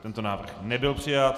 Tento návrh nebyl přijat.